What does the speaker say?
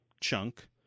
chunk